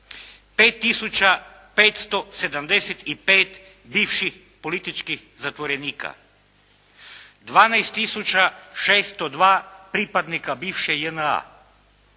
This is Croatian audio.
5575 bivših političkih zatvorenika, 12602 pripadnika bivše JNA,